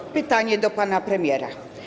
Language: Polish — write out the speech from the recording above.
Mam pytanie do pana premiera.